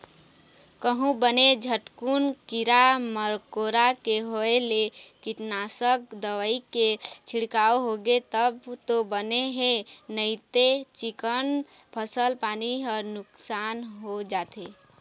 कहूँ बने झटकुन कीरा मकोरा के होय ले कीटनासक दवई के छिड़काव होगे तब तो बने हे नइते चिक्कन फसल पानी ह नुकसान हो जाथे